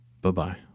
Bye-bye